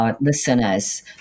Listeners